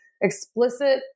explicit